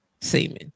semen